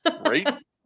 Right